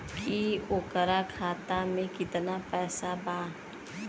की ओकरा खाता मे कितना पैसा बा?